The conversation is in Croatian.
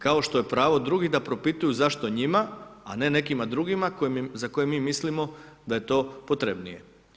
Kao što je pravo drugih da propituju zašto njima, a ne nekima drugima za koje mi mislimo da je to potrebnije.